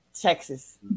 Texas